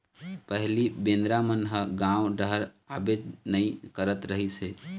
पहिली बेंदरा मन ह गाँव डहर आबेच नइ करत रहिस हे